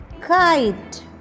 kite